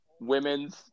women's